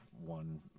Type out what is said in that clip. one